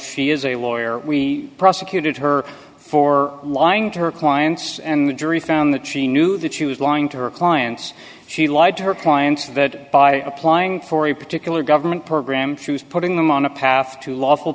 is a lawyer we prosecuted her for lying to her clients and the jury found the tree knew that she was lying to her clients she lied to her clients that by applying for a particular government program she was putting them on a path to lawful